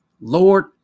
Lord